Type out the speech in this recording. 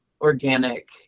organic